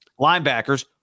Linebackers